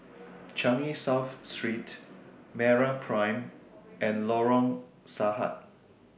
Changi South Street Meraprime and Lorong Sahad